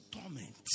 torment